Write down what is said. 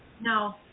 No